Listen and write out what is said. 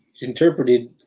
interpreted